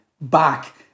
back